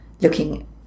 looking